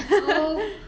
oh